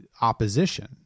opposition